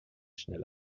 schnell